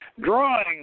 drawing